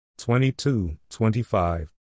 22-25